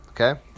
okay